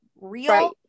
real